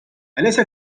أليس